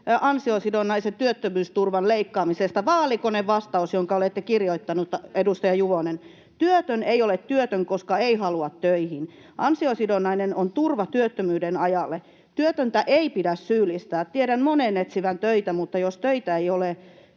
ansiosidonnaisen työttömyysturvan leikkaamisesta, vaalikonevastaus, jonka olette kirjoittanut, edustaja Juvonen: ”Työtön ei ole työtön, koska ei halua töihin. Ansiosidonnainen on turva työttömyyden ajalle. Työtöntä ei pidä syyllistää. Tiedän monen etsivän töitä, mutta jos työtä ei